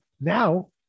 now